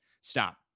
stop